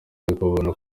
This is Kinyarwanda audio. akabona